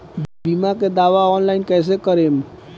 बीमा के दावा ऑनलाइन कैसे करेम?